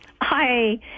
Hi